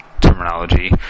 terminology